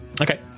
Okay